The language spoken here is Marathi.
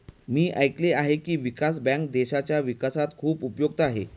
मी ऐकले आहे की, विकास बँक देशाच्या विकासात खूप उपयुक्त आहे